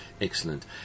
Excellent